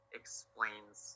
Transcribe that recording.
explains